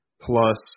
plus